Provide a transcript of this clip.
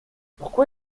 pourquoi